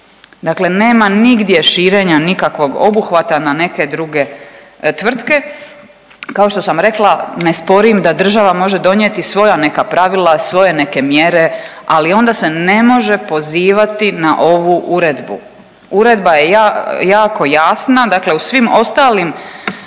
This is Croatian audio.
Dakle, nema nigdje širenja nikakvog obuhvata na neke druge tvrtke. Kao što sam rekla ne sporim da država može donijeti svoja neka pravila, svoje neke mjere ali onda se ne može pozivati na ovu Uredbu. Uredba je jako jasna. Dakle u svim ostalim